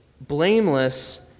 blameless